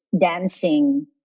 dancing